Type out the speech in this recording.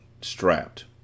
strapped